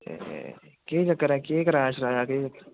एह् के चक्कर ऐ केह् कराया शराया केह्